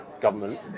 Government